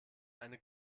eine